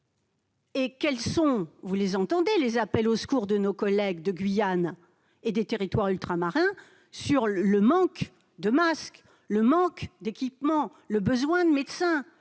ce qu'elle est et vous entendez les appels au secours de nos collègues de Guyane et des territoires ultramarins, qui disent le manque de masques, d'équipements, le besoin de médecins,